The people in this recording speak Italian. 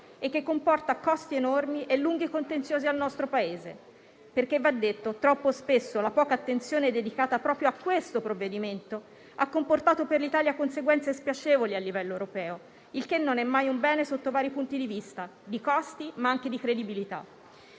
e che comporta costi enormi e lunghi contenziosi al nostro Paese. Va detto infatti che troppo spesso la poca attenzione dedicata proprio a questo provvedimento ha comportato per l'Italia conseguenze spiacevoli a livello europeo, il che non è mai un bene sotto vari punti di vista, di costi ma anche di credibilità.